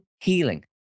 healing